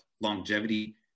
longevity